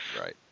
Right